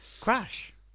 Crash